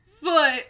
foot